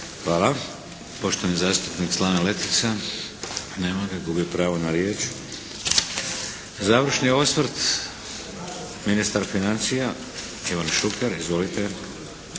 Hvala. Poštovani zastupnik Slaven Letica. Nema ga. Gubi pravo na riječ. Završni osvrt ministar financija Ivan Šuker, izvolite.